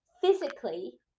Physically